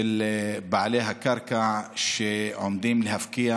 של בעלי הקרקע שעומדים להפקיע